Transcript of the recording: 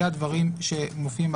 זה הדברים שמופיעים.